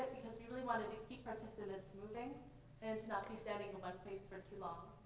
because we really wanted to keep participants moving and to not be standing in one place for too long.